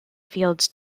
fields